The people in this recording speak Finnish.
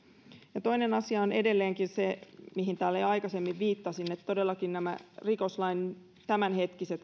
ja toinen asia on edelleenkin se mihin täällä jo aikaisemmin viittasin että todellakin rikoslain tämänhetkisten